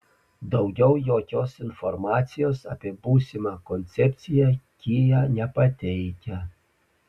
daugiau jokios informacijos apie būsimą koncepciją kia nepateikia